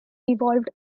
evolved